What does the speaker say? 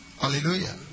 Hallelujah